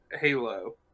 Halo